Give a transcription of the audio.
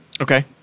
Okay